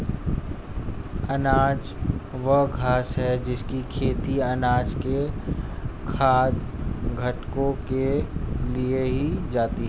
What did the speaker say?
अनाज वह घास है जिसकी खेती अनाज के खाद्य घटकों के लिए की जाती है